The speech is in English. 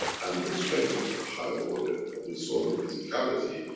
and the strength of the higher order from the soul of physicality,